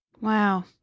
Wow